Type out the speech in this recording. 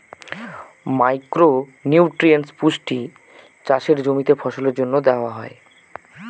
micro nutrients পুষ্টি চাষের জমিতে ফসলের জন্য দেওয়া হয়